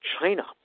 China